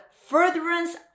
furtherance